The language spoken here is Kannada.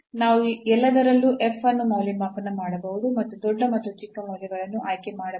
ನಾವು ಎಲ್ಲದರಲ್ಲೂ f ಅನ್ನು ಮೌಲ್ಯಮಾಪನ ಮಾಡಬಹುದು ಮತ್ತು ದೊಡ್ಡ ಮತ್ತು ಚಿಕ್ಕ ಮೌಲ್ಯಗಳನ್ನು ಆಯ್ಕೆ ಮಾಡಬಹುದು